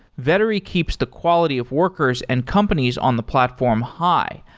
vettery keeps the quality of workers and companies on the platform high,